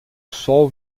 sol